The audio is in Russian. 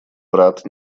брат